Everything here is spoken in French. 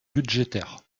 budgétaire